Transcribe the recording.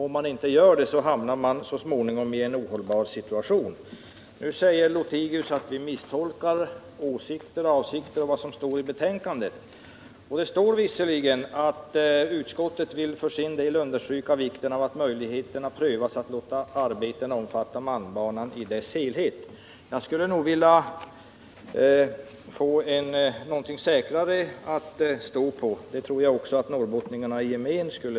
Om vi inte gör det, hamnar vi så småningom i en ohållbar situation. Herr Lothigius säger att vi misstolkar avsikter med och åsikter om vad som står i betänkandet. Det står visserligen i betänkandet att utskottet för sin del vill understryka vikten av att möjligheterna att låta arbetena omfatta malmbanan i dess helhet prövas. Jag skulle vilja få något säkrare att stå på, och det tror jag också att norrbottningarna i gemen vill.